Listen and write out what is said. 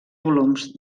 volums